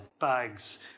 bags